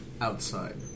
outside